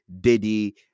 Diddy